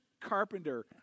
carpenter